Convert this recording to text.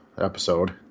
episode